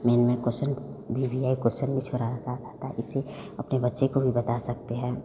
main main question भी भी आई कोस्चन भी छोड़ा रहता है इससे अपने बच्चे को भी बता सकते हैं